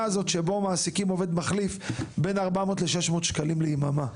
הזו שבה מעסיקים עובד מחליף שעולה 400-600 ₪ ליממה?